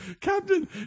Captain